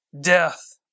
death